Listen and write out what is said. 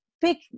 pick